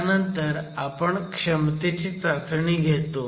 त्यानंतर आपण क्षमतेची चाचणी घेतो